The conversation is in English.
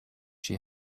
she